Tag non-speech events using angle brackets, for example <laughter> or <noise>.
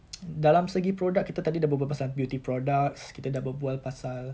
<noise> dalam segi product kita tadi dah berbual pasal beauty products kita dah berbual pasal